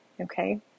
Okay